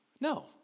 No